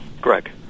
Greg